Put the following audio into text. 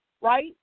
right